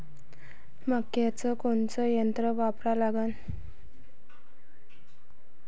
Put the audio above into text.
मक्याचं कोनचं यंत्र वापरा लागन?